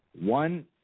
One